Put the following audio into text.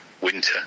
winter